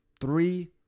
Three